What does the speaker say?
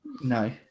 No